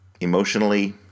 emotionally